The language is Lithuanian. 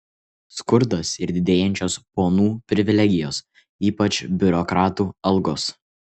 skurdas ir didėjančios ponų privilegijos ypač biurokratų algos